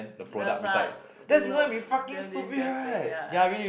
the fuck no damn disgusting ya